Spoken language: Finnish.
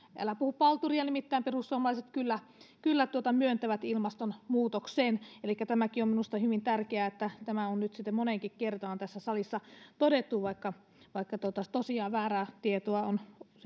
älä puhu palturia nimittäin perussuomalaiset kyllä kyllä myöntävät ilmastonmuutoksen elikkä tämäkin on minusta hyvin tärkeää että tämä on nyt sitten moneenkin kertaan tässä salissa todettu vaikka vaikka tosiaan väärää tietoa on